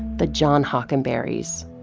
the john hockenberrys.